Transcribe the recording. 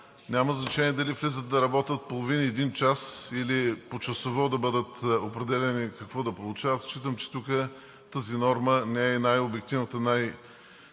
Няма значение дали влизат да работят половин, един час или почасово да бъде определяно какво да получават. Смятам, че тази норма не е най-обективната, най-кардинално